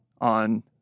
on